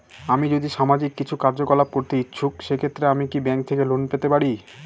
আমি যদি সামাজিক কিছু কার্যকলাপ করতে ইচ্ছুক সেক্ষেত্রে আমি কি ব্যাংক থেকে লোন পেতে পারি?